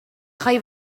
jai